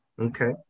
Okay